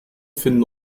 finden